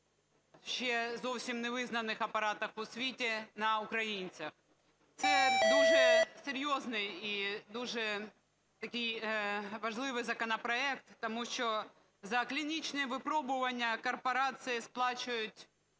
ще зовсім невизнаних апаратів у світі на українцях. Це дуже серйозний і дуже такий важливий законопроект, тому що за клінічні випробування корпорації сплачують